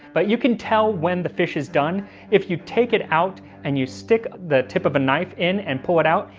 but you can tell when the fish is done if you take it out, and you stick the tip of a knife in and pull it out.